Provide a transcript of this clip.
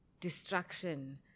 destruction